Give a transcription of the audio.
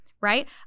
right